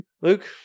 Luke